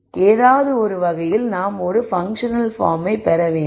எனவே ஏதோவொரு வகையில் நாம் ஒரு பன்க்ஷனல் பார்மை பெற வேண்டும்